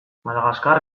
madagaskar